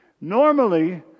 Normally